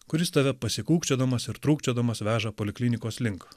kuris tave pasikūkčiodamas ir trūkčiodamas veža poliklinikos link